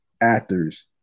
actors